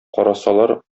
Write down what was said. карасалар